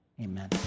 Amen